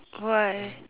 why